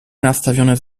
nastawione